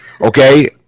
Okay